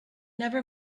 never